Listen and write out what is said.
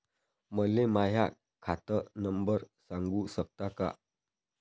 मले माह्या खात नंबर सांगु सकता का?